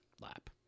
lap